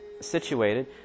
situated